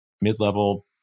mid-level